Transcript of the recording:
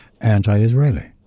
anti-Israeli